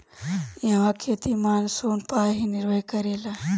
इहवा खेती मानसून पअ ही निर्भर करेला